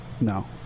No